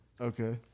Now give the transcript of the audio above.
Okay